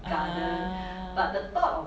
ah